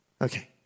Okay